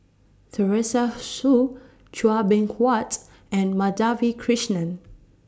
Teresa Hsu Chua Beng Huat and Madhavi Krishnan